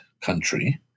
country